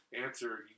Answer